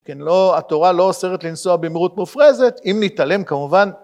כן, לא, התורה לא אוסרת לנסוע במהירות מופרזת, אם נתעלם כמובן